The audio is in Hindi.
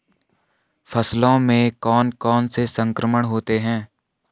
फसलों में कौन कौन से संक्रमण होते हैं?